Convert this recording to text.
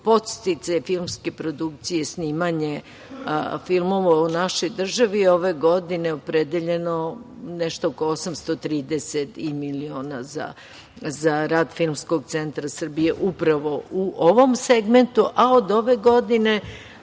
podsticaj filmske produkcije je snimanje filmova u našoj državi. Ove godine je opredeljeno nešto oko 830 miliona za rad filmskog centra Srbije upravo u ovom segmentu, a od ove godine